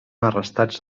arrestats